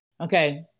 Okay